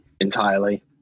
Entirely